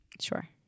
sure